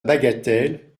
bagatelle